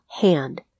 hand